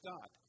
God